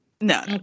No